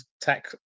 tech